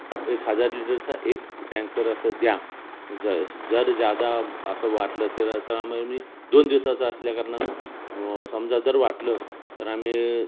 एक हजार लिटरचा एक टँकर असं द्या जर ज्यादा असं वाटलं तर आता आमा मी दोन दिवसाचं असल्याकारणानं समजा जर वाटलं तर आम्ही